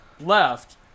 left